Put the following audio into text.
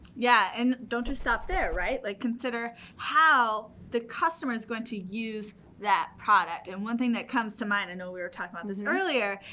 yeah, and don't just stop there, right? like consider how the customer's going to use that product. and one thing that comes to mind. i know we were talking about and this earlier.